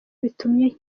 bitumye